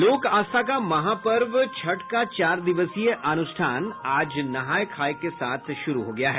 लोक आस्था का महापर्व छठ का चार दिवसीय अनुष्ठान आज नहाय खाय के साथ शुरू हो गया है